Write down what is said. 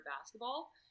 basketball